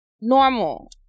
normal